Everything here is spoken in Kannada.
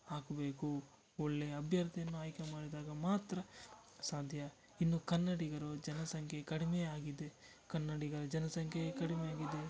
ಹಾಕಬೇಕು ಒಳ್ಳೆಯ ಅಭ್ಯರ್ಥಿಯನ್ನು ಆಯ್ಕೆ ಮಾಡಿದಾಗ ಮಾತ್ರ ಸಾಧ್ಯ ಇನ್ನು ಕನ್ನಡಿಗರ ಜನಸಂಖ್ಯೆ ಕಡಿಮೆ ಆಗಿದೆ ಕನ್ನಡಿಗರ ಜನಸಂಖ್ಯೆ ಕಡಿಮೆ ಆಗಿದೆ